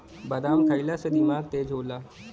बादाम खइला से दिमाग तेज होला